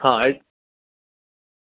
હા એ જ